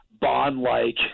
Bond-like